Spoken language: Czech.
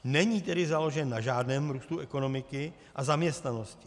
Není tedy založen na žádném růstu ekonomiky a zaměstnanosti.